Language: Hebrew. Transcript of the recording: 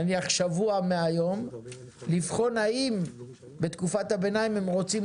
נניח שבוע מהיום לבחון האם בתקופת הביניים הם רוצים